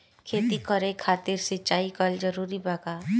खेती करे खातिर सिंचाई कइल जरूरी बा का?